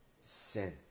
sin